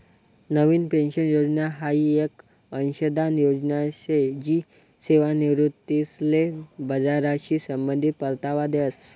नवीन pension योजना हाई येक अंशदान योजना शे जी सेवानिवृत्तीसले बजारशी संबंधित परतावा देस